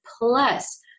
Plus